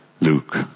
Luke